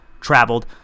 traveled